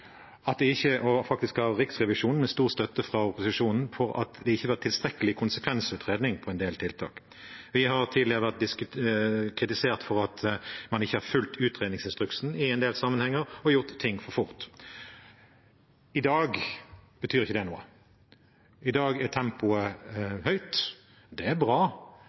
at det ikke var en tilstrekkelig konsekvensutredning av en del tiltak. Vi har tidligere vært kritisert for at man ikke har fulgt utredningsinstruksen i en del sammenhenger og gjort ting for fort. I dag betyr ikke det noe. I dag er tempoet høyt. Det er bra,